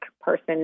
person